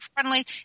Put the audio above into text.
friendly